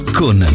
con